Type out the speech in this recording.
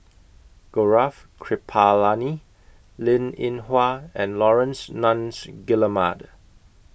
Gaurav Kripalani Linn in Hua and Laurence Nunns Guillemard